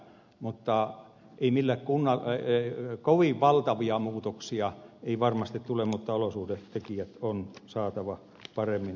mutta ei niihin varmasti kovin valtavia muutoksia tule mutta olosuhdetekijät on saatava paremmin toimimaan